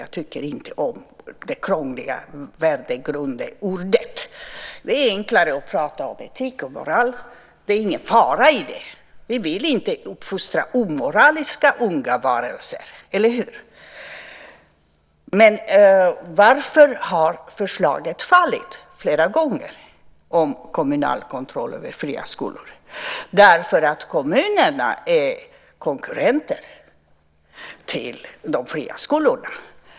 Jag tycker inte om det krångliga ordet värdegrund. Det är enklare att prata om etik och moral. Det finns ingen fara i det. Vi vill inte uppfostra omoraliska unga varelser, eller hur? Men varför har förslaget om kommunal kontroll över fria skolor fallit flera gånger? Därför att kommunerna är konkurrenter till de fria skolorna.